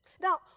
Now